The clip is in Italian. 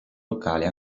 locale